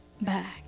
back